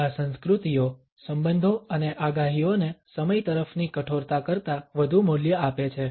આ સંસ્કૃતિઓ સંબંધો અને આગાહીઓને સમય તરફની કઠોરતા કરતાં વધુ મૂલ્ય આપે છે